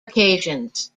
occasions